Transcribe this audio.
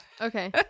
Okay